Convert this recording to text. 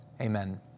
amen